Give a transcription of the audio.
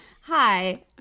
Hi